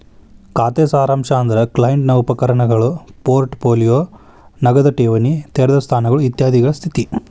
ಖಾತೆ ಸಾರಾಂಶ ಅಂದ್ರ ಕ್ಲೈಂಟ್ ನ ಉಪಕರಣಗಳು ಪೋರ್ಟ್ ಪೋಲಿಯೋ ನಗದ ಠೇವಣಿ ತೆರೆದ ಸ್ಥಾನಗಳು ಇತ್ಯಾದಿಗಳ ಸ್ಥಿತಿ